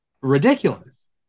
ridiculous